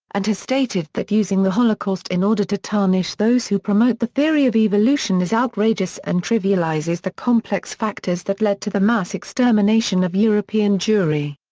and has stated that using the holocaust in order to tarnish those who promote the theory of evolution is outrageous and trivializes the complex factors that led to the mass extermination of european jewry.